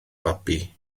babi